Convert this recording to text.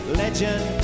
legend